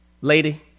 lady